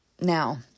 now